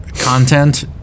content